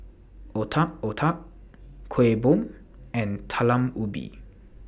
Otak Otak Kueh Bom and Talam Ubi